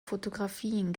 fotografien